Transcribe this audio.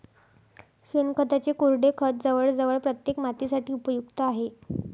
शेणखताचे कोरडे खत जवळजवळ प्रत्येक मातीसाठी उपयुक्त आहे